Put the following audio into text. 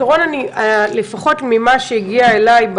לפחות ממה שהגיע אליי,